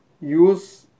Use